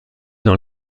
dans